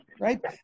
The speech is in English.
right